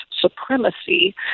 supremacy